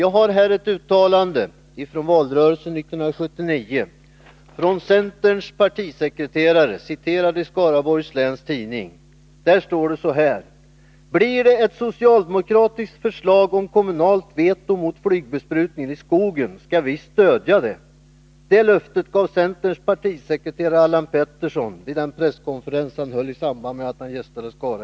Jag har här ett uttalande som centerns partisekreterare gjorde i valrörelsen 1979, citerat i Skaraborgs Läns Tidning: ”Blir det ett socialdemokratiskt förslag om kommunalt veto mot flygbesprutning i skogen skall vi stödja det. Det löftet gav centerns partisekreterare Allan Pettersson vid den presskonferens han höll i samband med att han på fredagskvällen gästade Skara, -—--.